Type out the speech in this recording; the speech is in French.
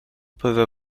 peuvent